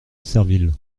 serville